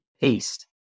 paste